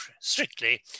strictly